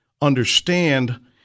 understand